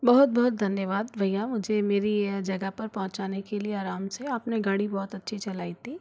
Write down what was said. बहुत बहुत धन्यवाद भय्या मुझे मेरी यह जगह पर पहुंचाने के लिए आराम से अपने गाड़ी बहुत अच्छी चलाई थी